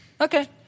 Okay